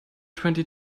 twenty